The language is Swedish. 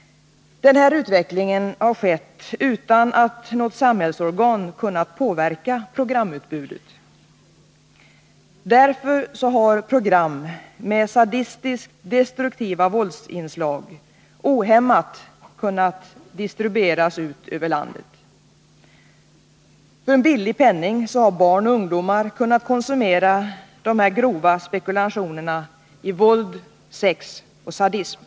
Den här utvecklingen har skett utan att något samhällsorgan kunnat påverka programutbudet. Därför har program med sadistiskt destruktiva våldsinslag ohämmat kunnat distribueras ut över landet. För en billig penning har barn och ungdomar kunnat konsumera dessa grova spekulationer i våld, sex och sadism.